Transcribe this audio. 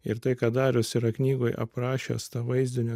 ir tai ką darius yra knygoj aprašęs tą vaizdinį